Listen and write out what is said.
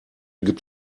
gibt